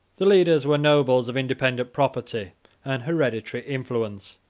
the leaders were nobles of independent property and hereditary influence.